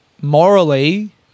morally